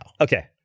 Okay